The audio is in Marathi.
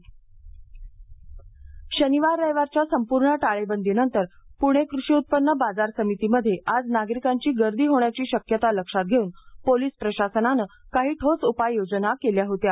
पणेकृषी गर्दी नियंत्रण शनिवार रविवार च्या संपूर्ण टाळेबंदीनंतर पूणे कृषी उत्पन्न बाजार समितीमध्ये आज नागरिकांची गर्दी होण्याची शक्यता लक्षात घेऊन पोलिस प्रशासनानं काही ठोस उपाययोजना केल्या होत्या